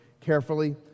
carefully